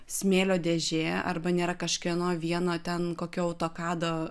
smėlio dėžė arba nėra kažkieno vieno ten kokio autokado